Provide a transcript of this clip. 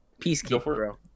peacekeeper